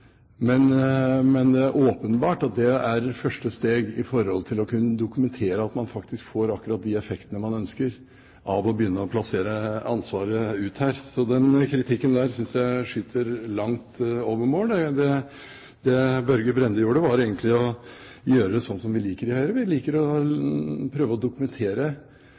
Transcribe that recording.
å kunne dokumentere at man får akkurat de effektene man ønsker av å plassere ut ansvaret her. Så den kritikken synes jeg skyter langt over mål. Det Børge Brende gjorde, var egentlig å gjøre det slik som vi i Høyre liker. Vi liker å prøve å dokumentere